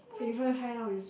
favourite hideout is